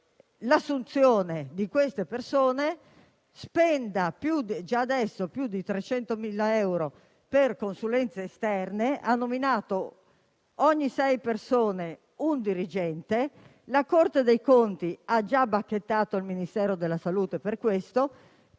l'assunzione di tali persone, spenda già adesso più di 300.000 euro per consulenze esterne e abbia nominato un dirigente ogni sei persone. La Corte dei conti ha già bacchettato il Ministero della salute per questo.